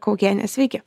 kaukienė sveiki